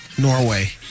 Norway